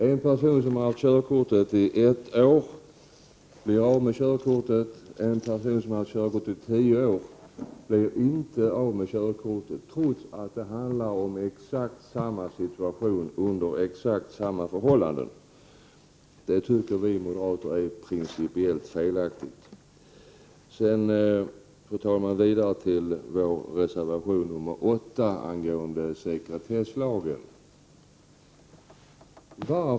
En person som har haft körkort i ett år blir av med körkortet, men en person som haft körkort i tio år blir inte av med sitt körkort, trots att det handlar om exakt samma situation under exakt samma förhållanden. Det tycker vi moderater är principiellt felaktigt. Sedan, fru talman, vidare till vår reservation 8 angående sekretesslagen.